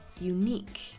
unique